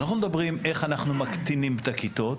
אנחנו לא מדברים איך אנחנו מקטינים את הכיתות,